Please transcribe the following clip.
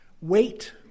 Wait